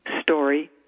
story